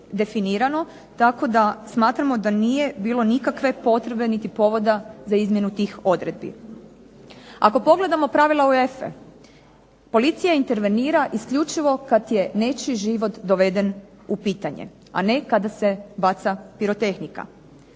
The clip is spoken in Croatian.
tako da smatramo da nije bilo nikakve potrebe niti povoda za izmjenu tih odredbi. Ako pogledamo pravila UEFA-e policija intervenira isključivo kad je nečiji život doveden u pitanje, a ne kada se baca pirotehnika.